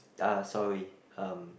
uh sorry um